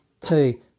two